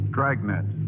Dragnet